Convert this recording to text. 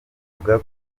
buvuga